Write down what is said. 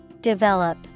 Develop